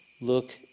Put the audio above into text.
look